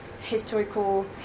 historical